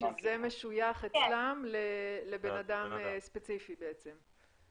שזה משויך אצלם לבן אדם ספציפי בעצם?